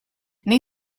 nei